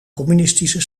communistische